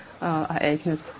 ereignet